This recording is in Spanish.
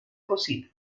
cocina